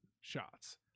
shots